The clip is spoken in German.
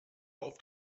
auf